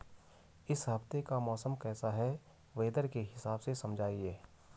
इस हफ्ते का मौसम कैसा है वेदर के हिसाब से समझाइए?